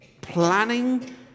planning